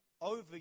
over